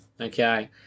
okay